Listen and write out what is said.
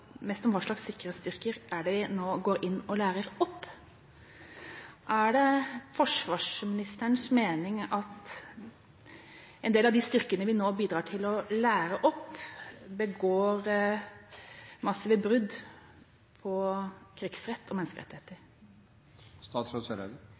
mest om hva slags sikkerhetsstyrker vi nå går inn og lærer opp. Er det forsvarsministerens mening at en del av de styrkene vi nå bidrar til å lære opp, begår massive brudd på krigsrett og